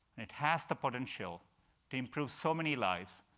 it has the potential to improve so many lives,